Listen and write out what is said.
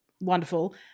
wonderful